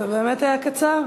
זה באמת היה קצר.